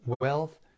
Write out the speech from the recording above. wealth